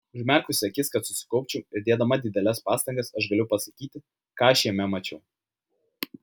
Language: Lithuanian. užmerkusi akis kad susikaupčiau ir dėdama dideles pastangas aš galiu pasakyti ką aš jame mačiau